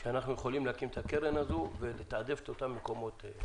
נוכל להקים את הקרן הזו ולתעדף את המקומות האחרים.